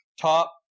top